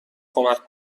کمک